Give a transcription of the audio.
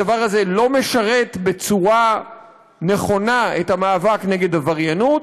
הדבר הזה לא משרת בצורה נכונה את המאבק נגד עבריינות,